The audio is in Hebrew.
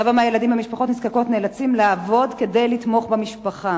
רבע מהילדים במשפחות הנזקקות נאלצים לעבוד כדי לתמוך במשפחה.